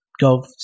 go